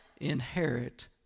inherit